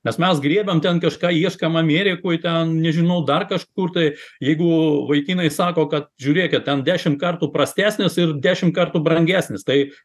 nes mes griebiam ten kažką ieškom amerikoj ten nežinau dar kažkur tai jeigu vaikinai sako kad žiūrėkit ten dešimt kartų prastesnis ir dešimt kartų brangesnis taip